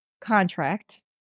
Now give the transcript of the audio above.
contract